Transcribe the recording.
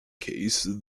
case